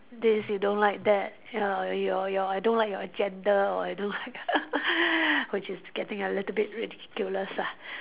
this you don't like that ya and your your I don't like your agenda or I don't like which is getting a little bit ridiculous ah